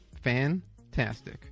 Fantastic